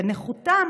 בנכותם